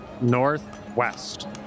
northwest